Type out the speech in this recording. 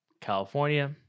California